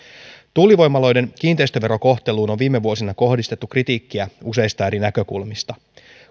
tuulivoimaloiden kiinteistöverokohteluun on viime vuosina kohdistettu kritiikkiä useista eri näkökulmista